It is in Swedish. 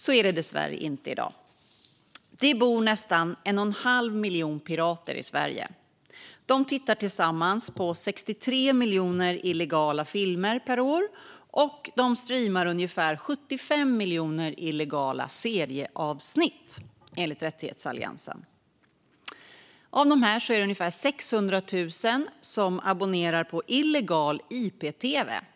Så är det dessvärre inte i dag. Det bor nästan 1 1⁄2 miljon pirater i Sverige. De tittar tillsammans på 63 miljoner illegala filmer per år, och de streamar ungefär 75 miljoner illegala serieavsnitt per år, enligt Rättighetsalliansen. Av dessa är det ungefär 600 000 som abonnerar på illegal ip-tv.